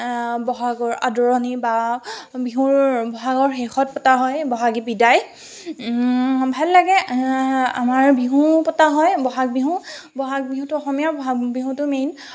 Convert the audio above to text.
ব'হাগৰ আদৰণি বা বিহুৰ ব'হাগৰ শেষত পতা হয় ব'হাগী বিদায় ভাল লাগে আমাৰ বিহু পতা হয় ব'হাগ বিহু ব'হাগ বিহুটো অসমীয়াৰ ব'হাগ বিহুটো মেইন